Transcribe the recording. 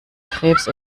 krebs